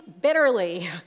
bitterly